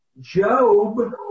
Job